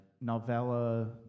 novella